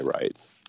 rights